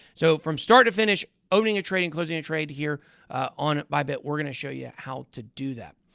so from start to finish, opening a trade and closing a trade here on bybit, we're going to show you how to do that.